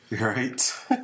Right